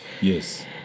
Yes